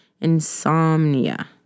Insomnia